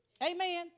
Amen